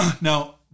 Now